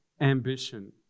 ambition